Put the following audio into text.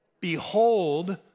Behold